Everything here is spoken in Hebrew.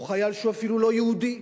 או חייל שהוא אפילו לא יהודי,